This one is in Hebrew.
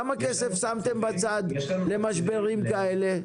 כמה כסף שמתם בצד למשברים כאלה?